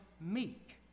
meek